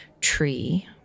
tree